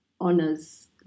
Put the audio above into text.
honors